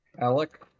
Alec